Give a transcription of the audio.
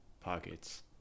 Pockets